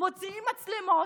מוציאים מצלמות,